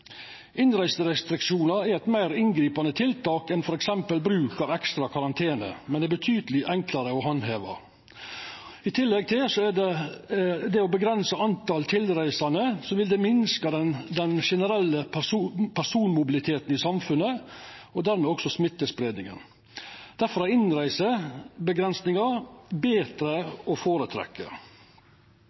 Innreiserestriksjonar er eit meir inngripande tiltak enn f.eks. bruk av ekstra karantene, men det er betydeleg enklare å handheva. I tillegg til å avgrensa talet på tilreisande vil det minska den generelle personmobiliteten i samfunnet og dermed også smittespreiinga. Difor er